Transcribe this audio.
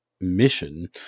Mission